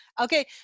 okay